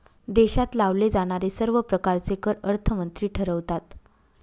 देशात लावले जाणारे सर्व प्रकारचे कर अर्थमंत्री ठरवतात